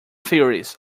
theories